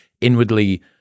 inwardly